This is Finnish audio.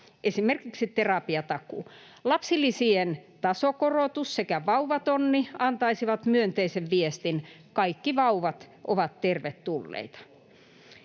esimerkiksi terapiatakuu. Lapsilisien tasokorotus sekä vauvatonni antaisivat myönteisen viestin: kaikki vauvat ovat tervetulleita.